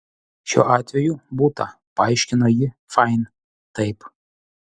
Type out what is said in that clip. šiuo atveju butą paaiškino ji fain taip